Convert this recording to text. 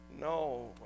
No